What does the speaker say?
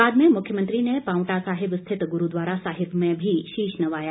बाद में मुख्यमंत्री ने पांवटा साहिब स्थित गुरूद्वारा साहिब में भी शीश नवाया